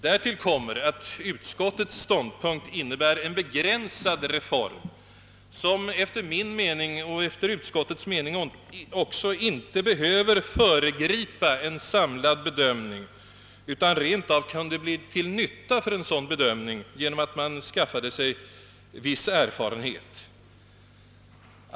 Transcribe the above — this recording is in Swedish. Därtill kommer att utskottets ståndpunkt innebär en begränsad reform, som efter min och även utskottets mening inte behöver föregripa en samlad bedömning utan som rent av kunde bli till nytta för en sådan bedömning genom att man skaffade sig viss erfarenhet av offentliga biträden åt mentalvårdens patienter, som mot sin vilja intagits på sjukhus.